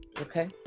Okay